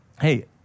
Hey